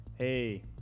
Hey